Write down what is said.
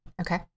Okay